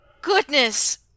goodness